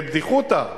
בבדיחותא.